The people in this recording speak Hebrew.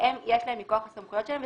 ויש להם מכוח הסמכויות שלהם,